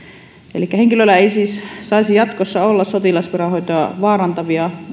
elikkä henkilöllä ei siis saisi jatkossa olla sotilasviran hoitoa vaarantavia